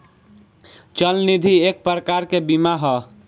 चल निधि एक प्रकार के बीमा ह